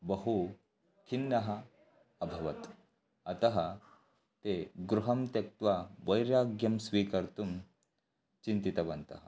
बहु खिन्नः अभवत् अतः ते गृहं त्यक्त्वा वैराग्यं स्वीकर्तुं चिन्तितवन्तः